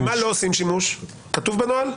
במה לא עושים שימוש כתוב בנוהל?